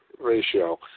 ratio